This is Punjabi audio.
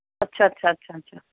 ਅੱਛਾ ਅੱਛਾ ਅੱਛਾ ਅੱਛਾ